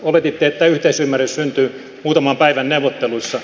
oletitte että yhteisymmärrys syntyy muutaman päivän neuvotteluissa